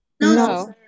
No